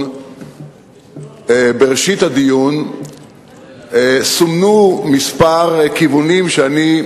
בראשית הדיון סומנו כמה כיוונים שאני,